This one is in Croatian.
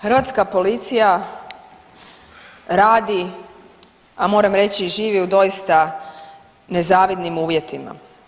Hrvatska policija radi, a moram reći i živi u doista nezavidnim uvjetima.